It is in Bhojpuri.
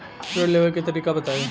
ऋण लेवे के तरीका बताई?